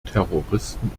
terroristen